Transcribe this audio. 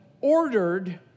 ordered